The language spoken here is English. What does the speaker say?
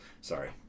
Sorry